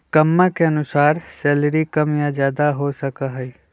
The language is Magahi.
कम्मा के अनुसार सैलरी कम या ज्यादा हो सका हई